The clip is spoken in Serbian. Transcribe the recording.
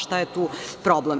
Šta je tu problem?